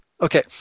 Okay